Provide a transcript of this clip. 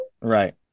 Right